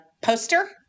poster